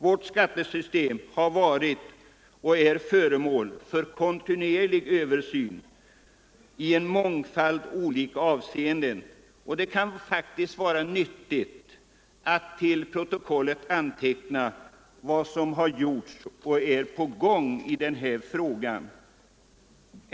Vårt skattesystem har varit och är föremål för kontinuerlig översyn i många olika avseenden, och det kan vara skäl i att till kammarens protokoll få antecknat vad som har gjorts eller vad som är på gång i skattefrågan.